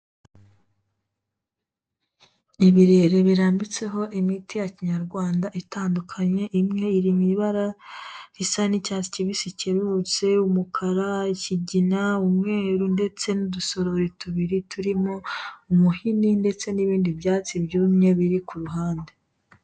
Ibirere birambitseho imiti ya kinyarawanda itandukanye imwe iri mu ibara risa n'icyatsi kibisi cyererutse, umukara, ikigina, umweru ndetse n'udusorori tubiri turimo umuhini ndetse n'ibindi byatsi byumye biri ku ruhande.